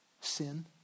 sin